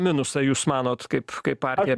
minusą jūs manot kaip kaip partija